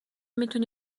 میتونی